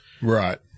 right